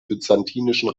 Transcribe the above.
byzantinischen